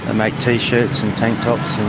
make t-shirts and tank tops